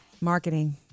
Marketing